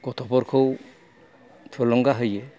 गथ'फोरखौ थुलुंगा होयो